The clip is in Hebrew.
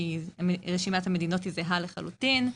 רשימת המדינות היא זהה לחלוטין.